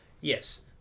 Yes